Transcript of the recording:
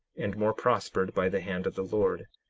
and more prospered by the hand of the lord.